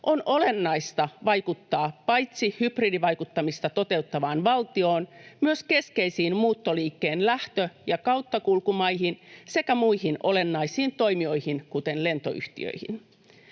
on olennaista vaikuttaa paitsi hybridivaikuttamista toteuttavaan valtioon myös keskeisiin muuttoliikkeen lähtö- ja kauttakulkumaihin sekä muihin olennaisiin toimijoihin, kuten lentoyhtiöihin.